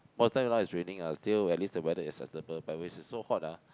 is raining ah still at least the weather is acceptable but when it is so hot ah